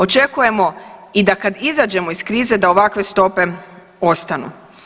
Očekujemo i da kad izađemo iz krize da ovakve stope ostanu.